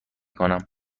کنم